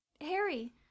Harry